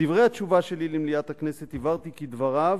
בדברי התשובה שלי למליאת הכנסת הבהרתי כי דבריו,